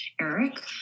Eric